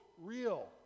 real